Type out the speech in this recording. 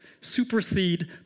supersede